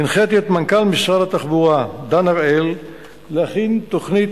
הנחיתי את מנכ"ל משרד התחבורה דן הראל להכין תוכנית